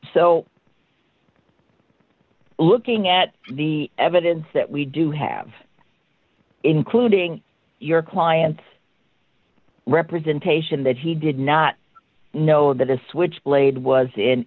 so looking at the evidence that we do have including your client's representation that he did not know that a switchblade was an